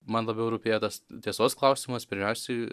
man labiau rūpėjo tas tiesos klausimas pirmiausiai